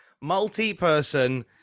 multi-person